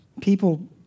People